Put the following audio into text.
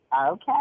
Okay